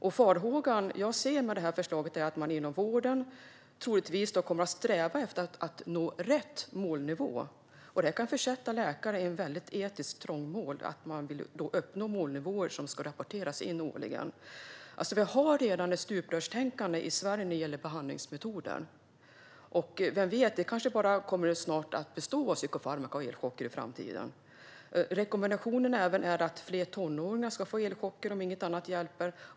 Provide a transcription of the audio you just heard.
Den farhåga jag har inför detta förslag är att man inom vården ska komma att sträva efter att nå rätt målnivå. Det kan försätta läkare i etiskt trångmål att behöva uppnå målnivåer som ska rapporteras in årligen. Vi har redan ett stuprörstänkande när det gäller behandlingsmetoder i Sverige. Vem vet, kanske de i framtiden bara kommer att bestå av psykofarmaka och elchocker. Rekommendationen är att också fler tonåringar ska få elchocker om inget annat hjälper.